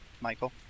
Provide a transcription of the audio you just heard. Michael